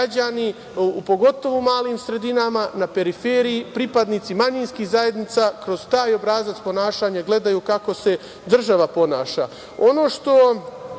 pogotovo u malim sredinama, na periferiji, pripadnici manjinskih zajednica, kroz taj obrazac ponašanja gledaju kako se država ponaša. Ono